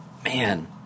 man